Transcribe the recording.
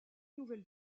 nouvelle